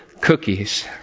cookies